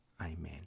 Amen